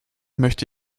möchte